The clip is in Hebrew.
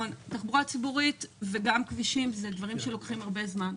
תחבורה ציבורית וכבישים אלה דברים שלוקחים הרבה זמן.